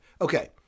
Okay